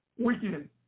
weekend